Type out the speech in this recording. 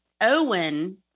Owen